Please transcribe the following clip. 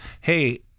hey